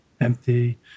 empty